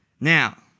Now